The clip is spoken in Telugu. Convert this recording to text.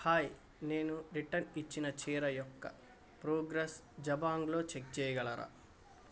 హాయ్ నేను రిటర్న్ ఇచ్చిన చీర యొక్క ప్రోగ్రెస్ జబాంగ్లో చెక్ చేయగలరా